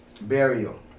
burial